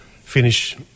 finish